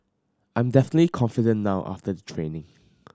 I'm definitely confident now after the training